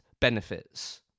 benefits